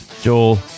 Joel